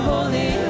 Holy